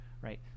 right